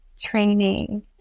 training